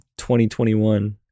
2021